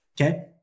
Okay